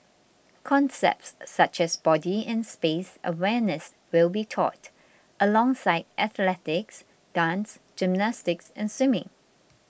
concepts such as body and space awareness will be taught alongside athletics dance gymnastics and swimming